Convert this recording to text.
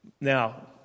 Now